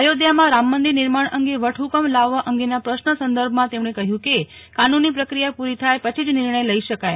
અયોધ્યામાં રામમંદિર નિર્માણ અંગે વટહુકમ લાવવા અંગેના પ્રશ્ન સંદર્ભમાં તેમણે કહ્યું કે કાનૂની પ્રક્રિયા પૂરી થાય પછી જ નિર્ણય લઇ શકાય